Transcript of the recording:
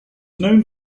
known